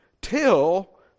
till